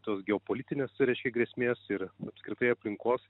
tos geopolitinės tai reiškia grėsmės ir apskritai aplinkos